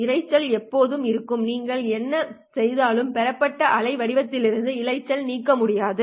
இரைச்சல் எப்போதும் இருக்கும் நீங்கள் என்ன செய்தாலும் பெறப்பட்ட அலை வடிவத்திலிருந்து இரைச்சலை நீக்க முடியாது